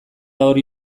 hori